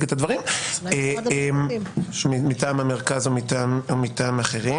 את הדברים מטעם המרכז או מטעם אחרים.